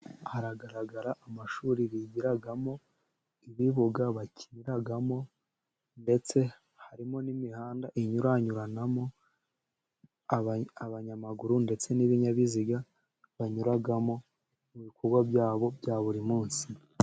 Haragaragara amashuri bigiramo, ibibuga bakiniramo ndetse harimo n'imihanda inyuranyuranamo, abanyamaguru ndetse n'ibinyabiziga banyuramo mu bikorwa byabo bya buri munsi.